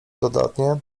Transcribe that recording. dodatnie